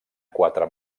quatre